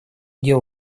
дел